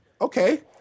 Okay